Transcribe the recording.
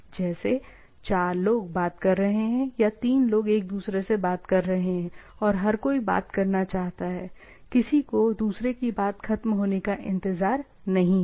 जैसे 4 लोग बात कर रहे हैं या 3 लोग एक दूसरे से बात कर रहे हैं और हर कोई बात करना चाहता है किसी को दूसरों की बात खत्म होने का इंतजार नहीं है